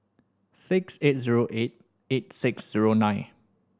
six eight zero eight eight six zero nine